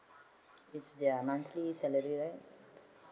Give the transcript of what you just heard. is their monthly salary right